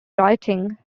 rioting